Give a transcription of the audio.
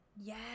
yes